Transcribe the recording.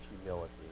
humility